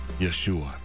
Yeshua